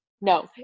no